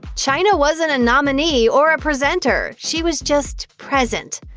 chyna wasn't a nominee or a presenter she was just present.